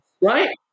right